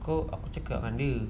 kau aku cakap dengan dia